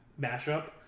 mashup